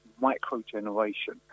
micro-generation